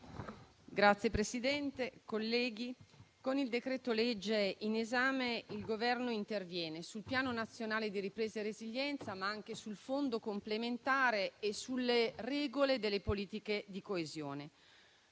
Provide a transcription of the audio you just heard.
Signor Presidente, colleghi, con il decreto-legge in esame il Governo interviene sul Piano nazionale di ripresa e resilienza, ma anche sul Fondo complementare e sulle regole delle politiche di coesione.